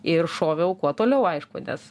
ir šoviau kuo toliau aišku nes